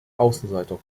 außenseiter